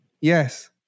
Yes